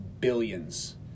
billions